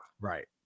right